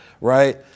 Right